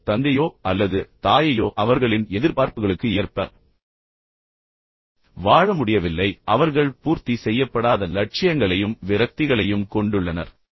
ஆனால் தந்தையோ அல்லது தாயையோ அவர்களின் எதிர்பார்ப்புகளுக்கு ஏற்ப வாழ முடியவில்லை மேலும் அவர்கள் பூர்த்தி செய்யப்படாத லட்சியங்களையும் விரக்திகளையும் கொண்டுள்ளனர்